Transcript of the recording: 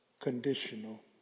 conditional